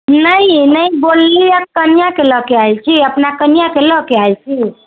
नहि यै नहि बोललियै कनिआ के लऽ के आयल छी अपना कनिआ के लऽ कऽ ऐल छी